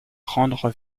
rendre